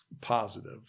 positive